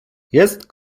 jest